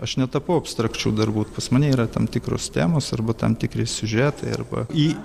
aš netapau abstrakčių darbų pas mane yra tam tikros temos arba tam tikri siužetai arba į